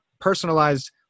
personalized